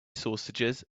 sausages